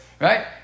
right